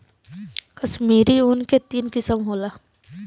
कश्मीरी ऊन के तीन किसम होला